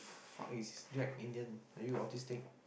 the fuck is Jack Indian are you autistic